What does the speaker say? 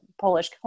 Polish